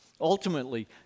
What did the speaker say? Ultimately